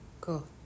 Cool